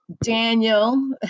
Daniel